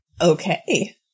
Okay